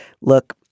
look—